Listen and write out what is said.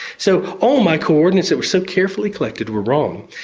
so all my coordinates that were so carefully collected were wrong.